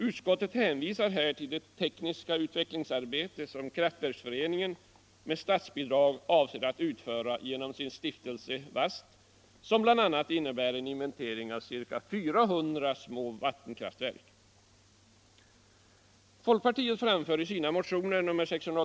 Utskottet hänvisar här till det tekniska utvecklingsarbete som Kraftverksföreningen med statsbidrag avser att utföra genom sin stiftelse VAST och som bl.a. innebär en inventering av ca 400 små vattenkraftverk.